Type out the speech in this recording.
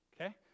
Okay